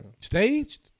Staged